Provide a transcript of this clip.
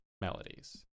melodies